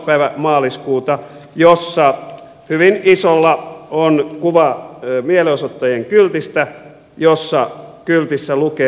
päivä maaliskuuta jossa hyvin isolla on kuva mielenosoittajien kyltistä jossa kyltissä lukee